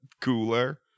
cooler